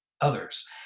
others